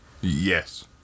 Yes